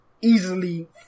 easily